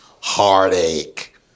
Heartache